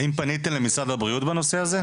האם פנית למשרד הבריאות בנושא הזה?